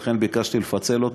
ולכן ביקשתי לפצל אותו.